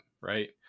right